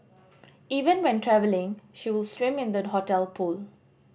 even when travelling she would swim in the hotel pool